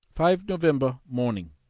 five november, morning.